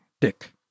Dick